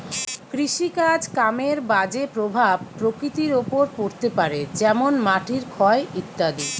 কৃষিকাজ কামের বাজে প্রভাব প্রকৃতির ওপর পড়তে পারে যেমন মাটির ক্ষয় ইত্যাদি